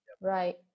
Right